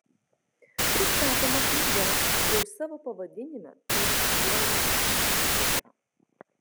pristatoma knyga jau savo pavadinime turi dialogiškumo šifrą